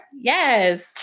yes